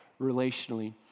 relationally